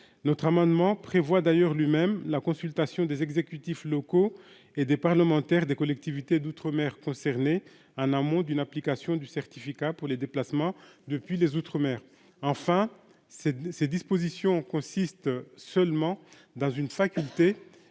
notre amendement prévoit d'ailleurs lui-même la consultation des exécutifs locaux et des parlementaires, des collectivités d'outre-mer concernés un un mot d'une application du certificat pour les déplacements depuis les outre-mer, enfin c'est ces dispositions consistent seulement dans une faculté